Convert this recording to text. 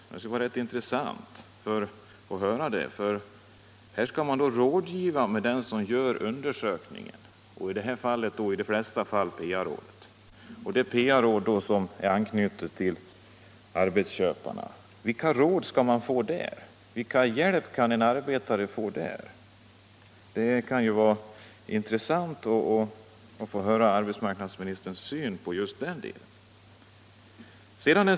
Här skall man alltså fråga den som gör undersökningen, dvs. i de flesta fall PA-rådet. Detta PA-råd, som är anknutet till arbetsköparna, vilka råd och vilken hjälp kan en arbetare få där? Det skulle vara värdefullt att få höra arbetsmarknadsministerns syn just på den frågan.